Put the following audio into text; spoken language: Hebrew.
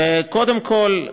וקודם כול,